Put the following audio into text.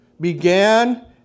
began